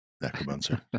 Necromancer